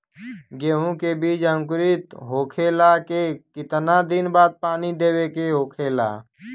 गेहूँ के बिज अंकुरित होखेला के कितना दिन बाद पानी देवे के होखेला?